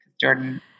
Jordan